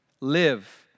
live